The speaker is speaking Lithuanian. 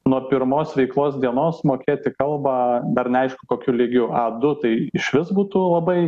nuo pirmos veiklos dienos mokėti kalbą dar neaišku kokiu lygiu a du tai išvis būtų labai